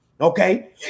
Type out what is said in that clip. Okay